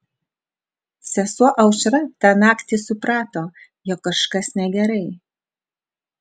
sesuo aušra tą naktį suprato jog kažkas negerai